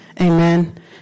Amen